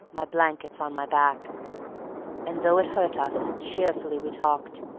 my blankets on my back and though it hurt us, cheerfully we talked.